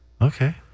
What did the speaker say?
Okay